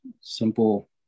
simple